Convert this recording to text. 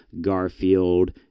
Garfield